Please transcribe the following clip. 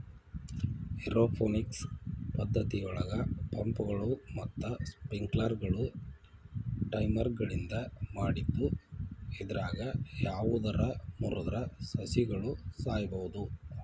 aeroponics ಪದ್ದತಿಯೊಳಗ ಪಂಪ್ಗಳು ಮತ್ತ ಸ್ಪ್ರಿಂಕ್ಲರ್ಗಳು ಟೈಮರ್ಗಳಿಂದ ಮಾಡಿದ್ದು ಇದ್ರಾಗ ಯಾವದರ ಮುರದ್ರ ಸಸಿಗಳು ಸಾಯಬೋದು